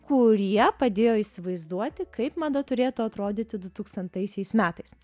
kurie padėjo įsivaizduoti kaip mada turėtų atrodyti dutūkstantaisiais metais